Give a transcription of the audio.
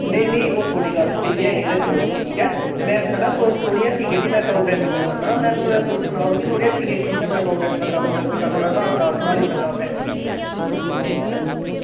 नेईं नेईं ओह् थोह्ड़ी गल्ल स्हेई ऐ एह् ते चलो ठीक ऐ में आक्खा ना थोह्ड़ी हट्टी केह्ड़ी में अकाउंटेंट बोला ना में थोह्ड़ा तुस सनाओ मिगी थुआढ़ी हट्टी केह्दी ऐ जित्थें में अकाउंटेंट दा कम्म करी सकां थोह्ड़ा स्हाब कताब संभाली सकां